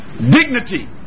Dignity